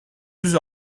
yüz